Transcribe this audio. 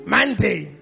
Monday